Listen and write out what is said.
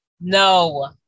No